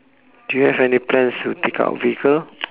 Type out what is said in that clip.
do you have any plans to take up a vehicle